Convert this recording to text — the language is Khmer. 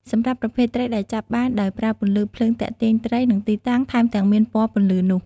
សម្រាប់ប្រភេទត្រីដែលចាប់បាន ដោយប្រើពន្លឺភ្លើងទាក់ទាញត្រី និងទីតាំង ថែមទាំងមានពណ៌ពន្លឺនោះ។